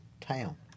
town